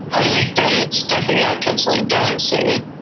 ah we've done stuff in nightclubs on dancing,